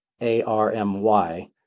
A-R-M-Y